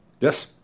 Yes